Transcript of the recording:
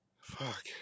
Fuck